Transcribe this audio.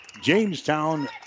Jamestown